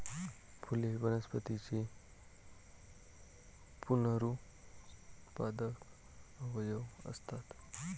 फुले वनस्पतींचे पुनरुत्पादक अवयव असतात